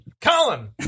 Colin